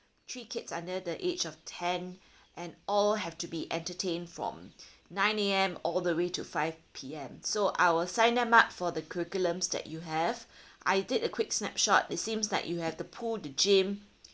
three kids under the age of ten and all have to be entertained from nine A_M all the way to five P_M so I will sign them up for the curriculums that you have I did a quick snapshot it seems like you have the pool the gym